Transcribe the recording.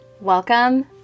Welcome